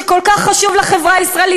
שכל כך חשוב לחברה הישראלית.